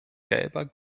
gelber